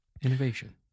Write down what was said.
Innovation